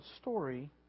story